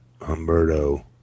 Humberto